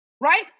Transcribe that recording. right